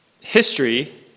history